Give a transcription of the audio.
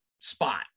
spot